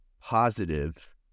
positive